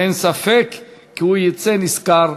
ואין ספק כי הוא יצא נשכר.